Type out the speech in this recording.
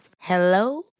Hello